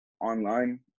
online